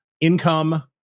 Income